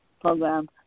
program